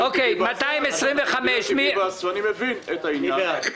אני מבין את העניין.